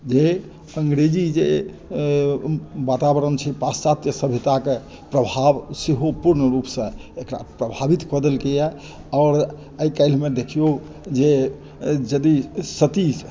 अङ्ग्रेजी जे वातावरण छै पाश्चात्य सभ्यताकेँ प्रभाव सेहो पुर्ण रुपसँ एकरा प्रभावित कऽ देलकै या आओर आइ काल्हि देखियौ जे यदि सती